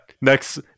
Next